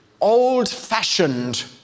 old-fashioned